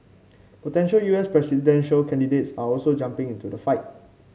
potential U S presidential candidates are also jumping into the fight